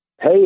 Hey